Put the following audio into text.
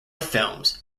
films